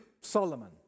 Solomon